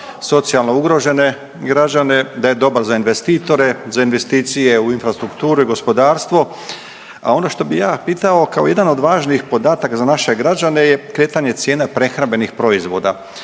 socijalno ugrožene građane, da je dobar investitore, za investicije u infrastrukturu i gospodarstvo. A ono što bi ja pitao kao jedan od važnih podataka za naše građane je kretanje cijena prehrambenih proizvoda,